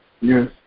Yes